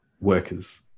workers